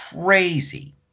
crazy